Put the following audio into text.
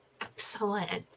Excellent